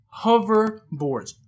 hoverboards